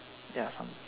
ya so